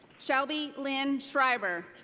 shelby lynn schreiber.